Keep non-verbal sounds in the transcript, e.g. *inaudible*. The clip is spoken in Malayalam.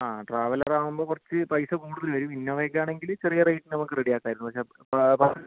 ആ ട്രാവലർ ആവുമ്പം കുറച്ച് പൈസ കൂടുതൽ വരും ഇന്നോവ ഒക്കെ ആണെങ്കിൽ ചെറിയ റേറ്റിന് നമുക്ക് റെഡി ആക്കാമായിരുന്നു പക്ഷേ *unintelligible*